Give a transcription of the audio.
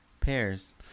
Pears